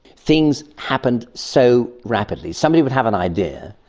things happened so rapidly. somebody would have an idea,